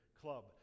Club